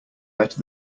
better